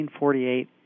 1948